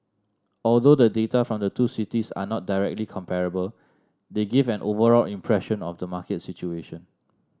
although the data from the two cities are not directly comparable they give an overall impression of the market situation